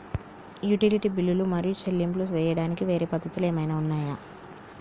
Utility బిల్లులు మరియు చెల్లింపులు చేయడానికి వేరే పద్ధతులు ఏమైనా ఉన్నాయా?